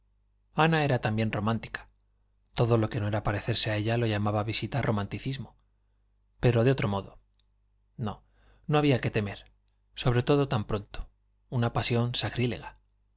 ana era también romántica todo lo que no era parecerse a ella lo llamaba visita romanticismo pero de otro modo no no había que temer sobre todo tan pronto una pasión sacrílega